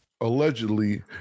allegedly